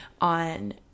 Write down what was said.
on